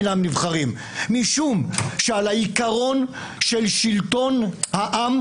הוא פסול משום התהליך שבו הוא מתבצע,